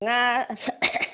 ꯉꯥ